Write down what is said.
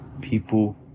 people